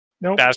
Nope